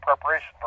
preparation